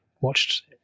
watched